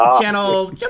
Channel